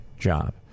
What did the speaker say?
job